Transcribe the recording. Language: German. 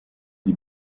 die